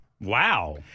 Wow